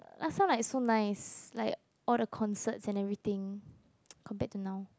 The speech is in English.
last time like so nice like all the concerts and everything compared to now